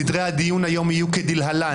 סדרי הדיון היום יהיו כדלהלן,